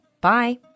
Bye